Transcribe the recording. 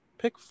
Pick